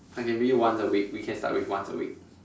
I can meet you once a week we can start with once a week